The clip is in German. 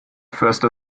förster